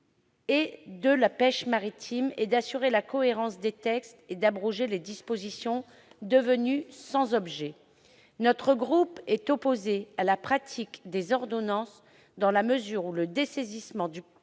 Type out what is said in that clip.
et de la pêche maritime ainsi que d'assurer la cohérence des textes et d'abroger les dispositions devenues sans objet. Notre groupe est opposé à la pratique des ordonnances dans la mesure où le dessaisissement du